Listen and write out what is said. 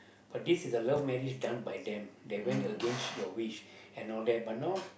but this is a love marriage done by them they went against your wish and all that but now